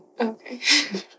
Okay